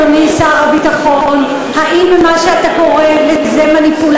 אדוני שר הביטחון: האם מה שאתה קורא לו מניפולציה,